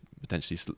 potentially